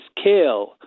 scale